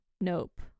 Nope